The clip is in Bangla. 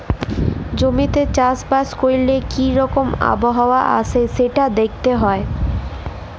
জমিতে চাষ বাস ক্যরলে কি রকম আবহাওয়া আসে সেটা দ্যাখতে হ্যয়